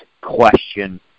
question